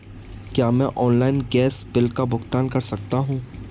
क्या मैं online gas bill का भुगतान कर सकता हूँ?